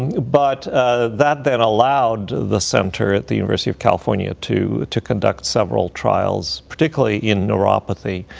and but that then allowed the center at the university of california to to conduct several trials, particularly in neuropathy.